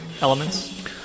elements